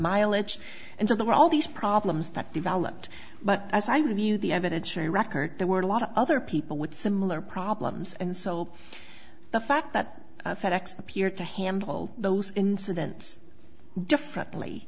mileage and so there were all these problems that developed but as i reviewed the evidence for a record there were a lot of other people with similar problems and so the fact that fed ex appeared to handle those incidents differently